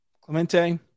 Clemente